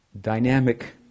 Dynamic